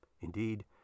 Indeed